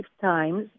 times